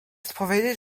odpowiedzieć